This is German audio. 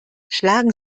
schlagen